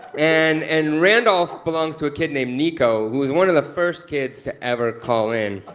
and and randolph belongs to a kid named nico who was one of the first kids to ever call in,